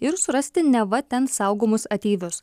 ir surasti neva ten saugomus ateivius